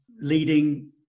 leading